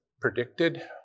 predicted